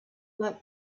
like